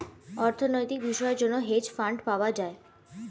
অর্থনৈতিক বিষয়ের জন্য হেজ ফান্ড পাওয়া যায়